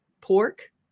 pork